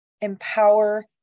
empower